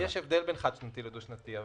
יש הבדל בין חד-שנתי לדו-שנתי.